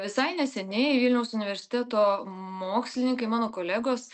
visai neseniai vilniaus universiteto mokslininkai mano kolegos